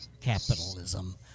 capitalism